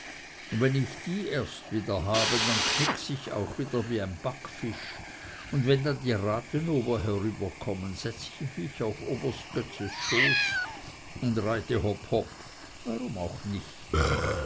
und wenn ich die erst wiederhabe dann knicks ich auch wieder wie ein backfisch und wenn dann die rathenower herüberkommen setze ich mich auf oberst goetzes schoß und reite hopp hopp warum auch nicht